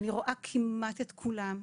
אני רואה כמעט את כולם.